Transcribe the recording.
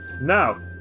Now